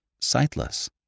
sightless